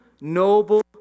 noble